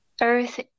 earth